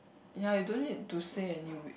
ya you don't need to say any week